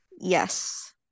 yes